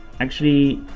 actually,